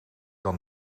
dan